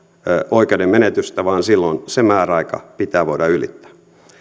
oikeuden menetystä vaan silloin se määräaika pitää voida ylittää